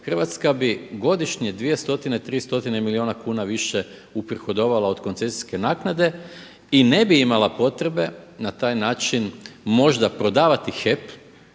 Hrvatska bi godišnje 2 stotine, 3 stotine milijuna kuna više uprihodovala od koncesijske naknade i ne bi imala potrebe na taj način možda prodavati HEP